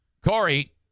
Corey